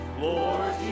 Lord